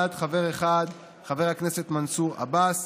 רע"ם-בל"ד חבר אחד, חבר הכנסת מנסור עבאס.